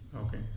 Okay